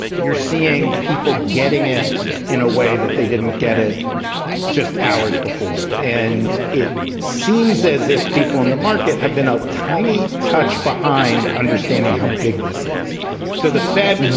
you're seeing people getting it in a way that they didn't get it just hours before. and it seems as if people in the market have been a tiny touch behind understanding how big this is to the fed, and